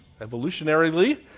evolutionarily